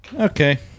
Okay